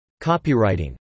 Copywriting